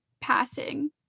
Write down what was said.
passing